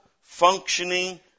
functioning